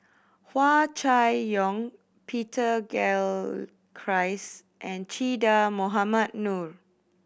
Hua Chai Yong Peter Gilchrist and Che Dah Mohamed Noor